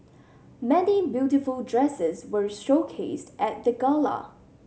many beautiful dresses were showcased at the gala